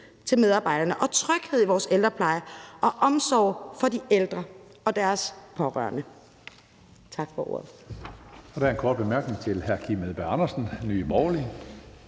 til medarbejderne og tryghed i vores ældrepleje og omsorg for de ældre og deres pårørende. Tak for ordet.